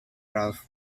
ralph